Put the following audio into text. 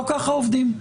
לא ככה עובדים.